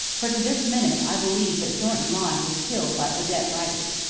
for to this minute, i believe that thornton lyne was killed by odette rider.